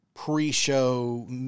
Pre-show